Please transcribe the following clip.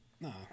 no